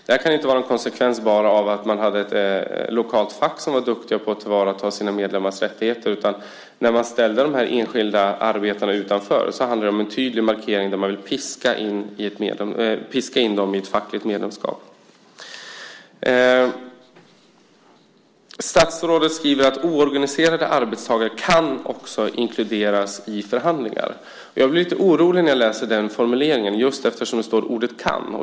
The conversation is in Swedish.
Det här kan inte vara en konsekvens bara av att man hade ett lokalt fack som var duktigt på att tillvarata sina medlemmars rättigheter. När man ställde de här enskilda arbetarna utanför handlade det om en tydlig markering. Man ville piska in dem i ett fackligt medlemskap. Statsrådet skriver: "Oorganiserade arbetstagare kan också inkluderas i förhandlingen." Jag blir lite orolig när jag läser den formuleringen, eftersom det står "kan".